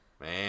Man